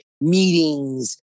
meetings